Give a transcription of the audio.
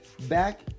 Back